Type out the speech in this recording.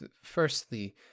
firstly